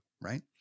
right